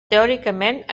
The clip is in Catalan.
teòricament